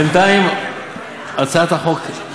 בינתיים הצעת החוק,